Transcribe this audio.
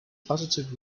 positive